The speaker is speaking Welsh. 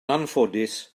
anffodus